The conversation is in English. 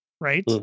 right